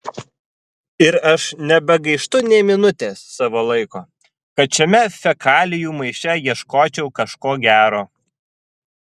ir aš nebegaištu nė minutės savo laiko kad šiame fekalijų maiše ieškočiau kažko gero